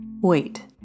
Wait